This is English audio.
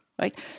right